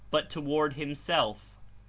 but to ward himself.